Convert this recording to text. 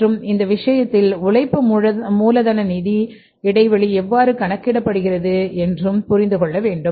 மற்றும் இந்த விஷயத்தில் உழைப்பு மூலதன நிதி இடைவெளி எவ்வாறு கணக்கிடப்படுகிறது என்றும் புரிந்து கொள்ள வேண்டும்